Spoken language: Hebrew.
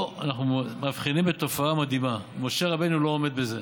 פה אנחנו מבחינים בתופעה מדהימה: משה רבנו לא עומד בזה.